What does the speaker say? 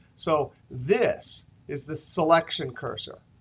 so this is the selection cursor.